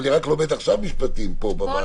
אני רק לומד משפטים פה בוועדה.